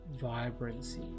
vibrancy